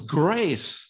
grace